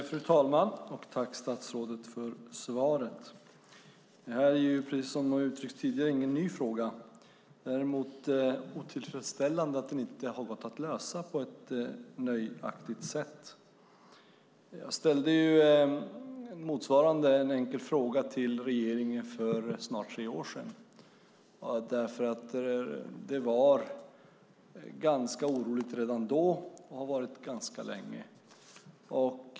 Fru talman! Tack, statsrådet, för svaret! Det här är, precis som har uttryckts tidigare, ingen ny fråga. Däremot är det otillfredsställande att den inte har lösts på ett nöjaktigt sätt. Jag ställde en motsvarande skriftlig fråga till regeringen för snart tre år sedan. Det hade redan då varit oroligt länge.